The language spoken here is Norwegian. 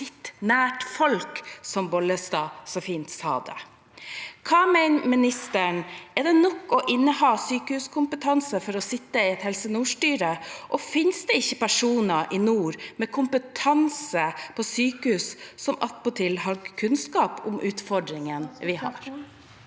sitte nært folk, som Bollestad så fint sa det. Hva mener ministeren? Er det nok å inneha sykehuskompetanse for å sitte i styret i Helse nord, og finnes det ikke personer i nord med kompetanse om sykehus som attpåtil har kunnskap om utfordringene vi har?